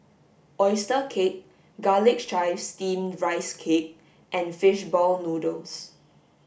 oyster cake garlic chives steamed rice cake and fish ball noodles